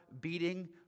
beating